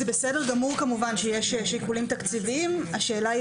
זה כמובן בסדר גמור שיש שיקולים תקציביים אבל השאלה היא